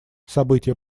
события